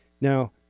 Now